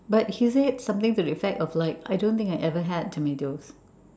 but he said something to the effect like I don't think I ever had tomatoes